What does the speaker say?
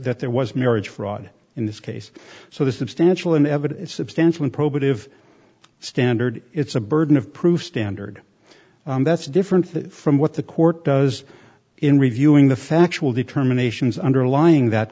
there was marriage fraud in this case so the substantial and evident substantial probative standard it's a burden of proof standard that's different from what the court does in reviewing the factual determinations underlying that